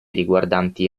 riguardanti